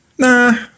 Nah